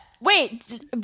Wait